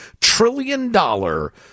trillion-dollar